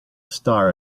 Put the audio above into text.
star